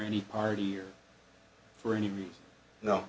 any party or for any